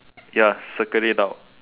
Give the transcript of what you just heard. ya circulate out